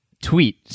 tweet